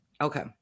Okay